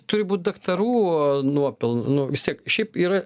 turi būt daktarų nuopel nu vis tiek šiaip yra